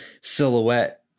silhouette